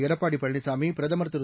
எடப்பாடிபழனிசாமி பிரதமர்திரு